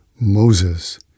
Moses